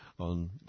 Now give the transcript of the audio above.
On